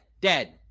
Dead